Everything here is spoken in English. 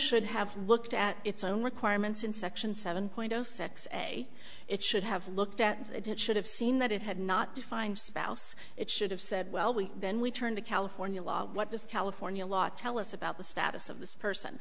should have looked at its own requirements in section seven point zero six and a it should have looked at it it should have seen that it had not defined spouse it should have said well we then we turn to california law what does california law tell us about the status of this person